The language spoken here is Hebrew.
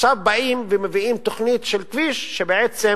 עכשיו באים ומביאים תוכנית של כביש שבעצם